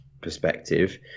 perspective